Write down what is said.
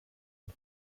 und